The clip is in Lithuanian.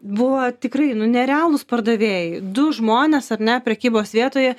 buvo tikrai nu nerealūs pardavėjai du žmonės ar ne prekybos vietoje